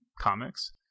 comics